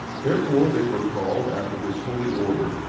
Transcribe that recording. therefore they were called after this holy order,